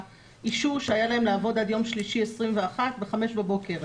האישור שהיה להם לעבוד עד יום שלישי 21.7 בחמש בבוקר.